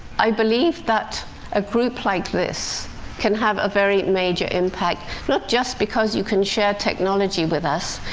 i believe that a group like this can have a very major impact, not just because you can share technology with us,